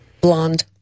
Blonde